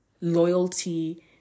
loyalty